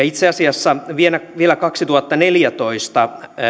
itse asiassa vielä vielä kaksituhattaneljätoista